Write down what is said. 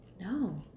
No